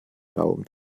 baum